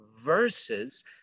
versus